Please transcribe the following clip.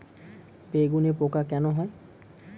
বেগুনে পোকা কেন হয়?